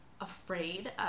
afraid